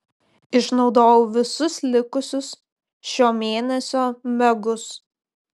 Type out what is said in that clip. išnaudojau visus likusius šio mėnesio megus